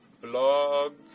blog